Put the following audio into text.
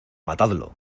matadlo